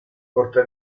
porta